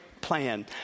plan